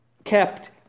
Kept